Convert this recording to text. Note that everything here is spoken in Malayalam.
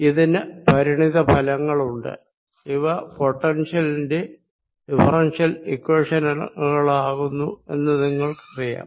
ഇതിനു പരിണിത ഫലങ്ങളുണ്ട് ഇവ പൊട്ടൻഷ്യലിന്റെ ഡിഫറെൻഷ്യൽ ഇക്വേഷനുകളാകുന്നു എന്ന് നിങ്ങൾക്കറിയാം